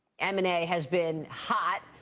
m and a has been hot,